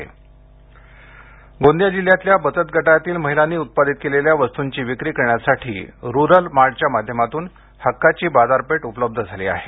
गोंदिया गोंदिया जिल्ह्यातल्या बचत गटातील महिलांनी उत्पादित केलेल्या वस्तूंची विक्री करण्यासाठी रुरल मार्टच्या माध्यमातून हक्काची बाजारपेठ उपलब्ध झाली आहे